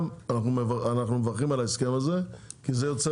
גם אנחנו מברכים על ההסכם הזה כי זה יוצר